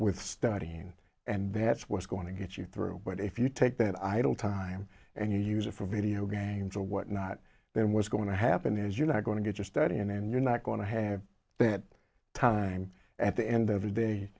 with studying and that's what's going to get you through but if you take that idle time and you use it for video games or whatnot then was going to happen is you not going to get your study and then you're not going to have that time at the end of the day